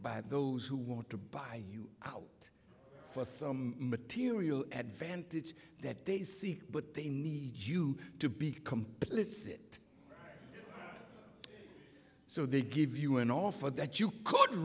by those who want to buy you out for some material advantage that they see what they need you to be complicit so they give you an offer that you couldn't